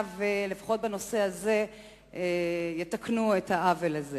ולפחות בנושא הזה יתקנו את העוול הזה.